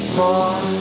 more